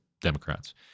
Democrats